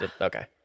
okay